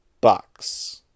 Bucks